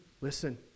listen